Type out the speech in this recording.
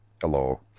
Hello